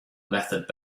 method